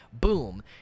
Boom